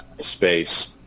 space